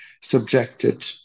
subjected